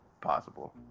Possible